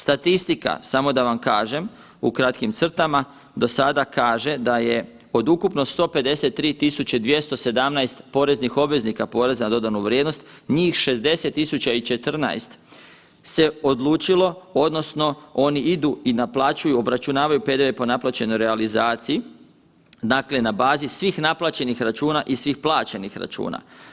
Statistika, samo da vam kažem u kratkim crtama do sada kaže da je od ukupno 153.217 poreznih obveznika poreza na dodanu vrijednost njih 60.014 se odlučilo odnosno oni idu i naplaćuju obračunavaju PDV po naplaćenoj realizaciji, dakle na bazi svih naplaćenih računa i svih plaćenih računa.